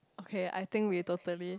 okay I think we totally